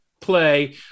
play